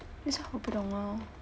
that's why 我不懂 lor